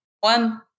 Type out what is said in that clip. one